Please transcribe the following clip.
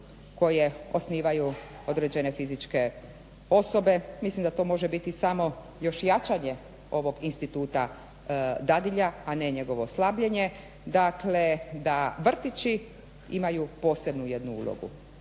koje osnivaju određene fizičke osobe. Mislim da to može biti samo još jačanje ovog instituta dadilja, a ne njegovo slabljenje, dakle da vrtići imaju posebnu jednu ulogu,